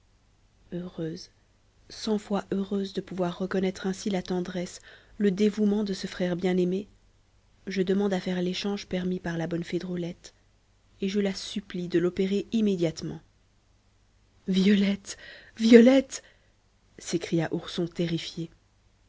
heureuse cent fois heureuse de pouvoir reconnaître ainsi la tendresse le dévouement de ce frère bien-aimé je demande à faire l'échange permis par la bonne fée drôlette et je la supplie de l'opérer immédiatement violette violette s'écria ourson terrifié